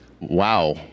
Wow